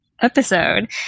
episode